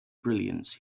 brilliance